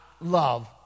love